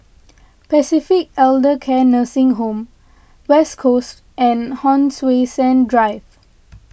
Pacific Elder Care Nursing Home West Coast and Hon Sui Sen Drive